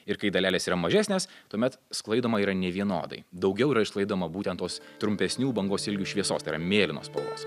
ir kai dalelės yra mažesnės tuomet sklaidoma yra nevienodai daugiau yra išlaidoma būtent tos trumpesnių bangos ilgių šviesos yra mėlynos spalvos